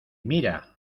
mira